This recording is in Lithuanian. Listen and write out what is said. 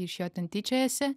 iš jo ten tyčiojasi